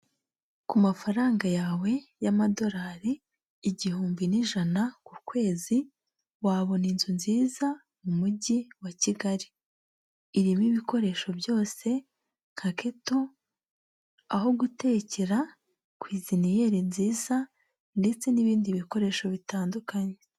Ku mafaranga yawe y'amadolari igihumbi n'ijana ku kwezi, wabona inzu nziza mu mujyi wa Kigali. Irimo ibikoresho byose nka keto, aho gutekera, kwiziniyeri nziza ndetse n'ibindi bikoresho bitandukanye.